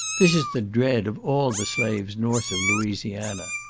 this is the dread of all the slaves north of louisiana.